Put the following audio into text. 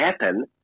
happen